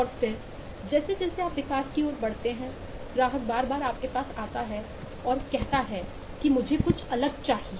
और फिर जैसे जैसे आप विकास की ओर बढ़ते हैं ग्राहक बार बार आपके पास आता है और कहता है कि मुझे कुछ अलग चाहिए